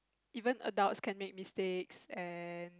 even adults can make mistakes and